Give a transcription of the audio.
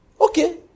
okay